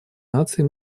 наций